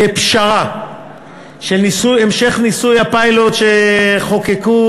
כפשרה של המשך ניסוי הפיילוט שחוקקנו,